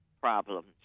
problems